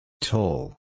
Toll